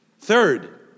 Third